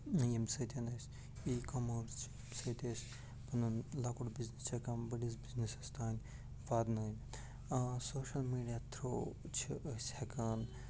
ییٚمہِ سۭتۍ أسۍ ای کامٲرٕس چھِ ییٚمہِ سۭتۍ أسۍ پَنُن لۄکُٹ بِزنِس چھِ ہٮ۪کان بٔڑِس بِزنِسَس تانۍ واتٕنٲیِتھ سوشَل میٖڈِیا تھرو چھِ أسۍ ہٮ۪کان